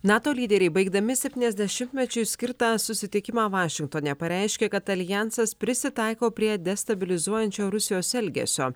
nato lyderiai baigdami septyniasdešimtmečiui skirtą susitikimą vašingtone pareiškė kad aljansas prisitaiko prie destabilizuojančio rusijos elgesio